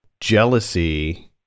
jealousy